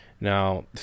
Now